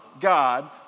God